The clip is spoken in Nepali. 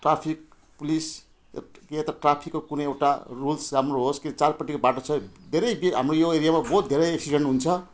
ट्राफिक पुलिस या या त ट्राफिकको कुनै एउटा रुल्स राम्रो होस् कि चारपट्टिको बाटो चाहिँ धेरै भिड हाम्रो यो एरियामा बहुत धेरै एक्सिडेन्ट हुन्छ